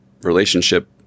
relationship